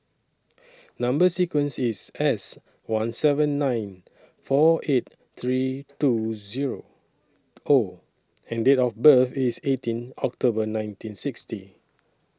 Number sequence IS S one seven nine four eight three two Zero O and Date of birth IS eighteen October nineteen sixty